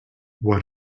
what